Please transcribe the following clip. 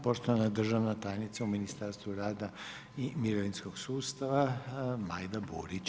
Poštovana državna tajnica u Ministarstvu rada i mirovinskog sustava Majda Burić.